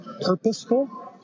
purposeful